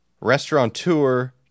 restaurateur